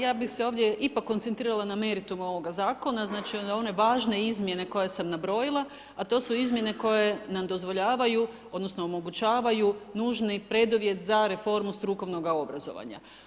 Ja bih se ovdje ipak koncentrirala na meritum ovoga Zakona, znači one važne izmjene koje sam nabrojila, a to su izmjene koje nam dozvoljavaju, odnosno omogućavaju nužni preduvjet za reformu strukovnog obrazovanja.